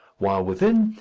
while within,